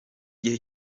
gihe